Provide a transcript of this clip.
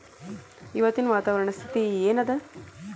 ಇವತ್ತಿನ ವಾತಾವರಣ ಸ್ಥಿತಿ ಏನ್ ಅದ?